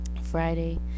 Friday